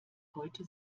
heute